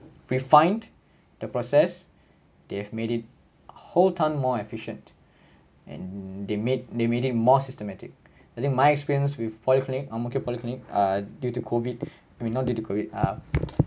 refined the process they've made it whole ton more efficient and they made they made it more systematic and in my experience with polyclinic ang-mo-kio polyclinic ah due to COVID I mean not due to COVID ah